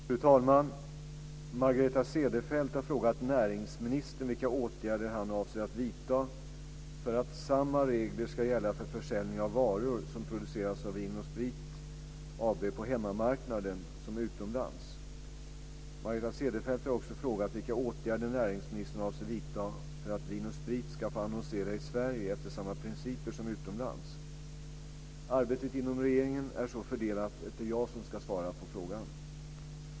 Fru talman! Margareta Cederfelt har frågat näringsministern vilka åtgärder han avser att vidta för att samma regler ska gälla för försäljning av varor som producerats av Vin & Sprit AB på hemmamarknaden som utomlands. Margareta Cederfelt har också frågat vilka åtgärder näringsministern avser att vidta för att Vin & Sprit ska få annonsera i Sverige efter samma principer som utomlands. Arbetet inom regeringen är så fördelat att det är jag som ska svara på frågan.